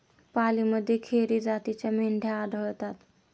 पालीमध्ये खेरी जातीच्या मेंढ्या आढळतात